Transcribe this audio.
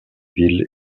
ville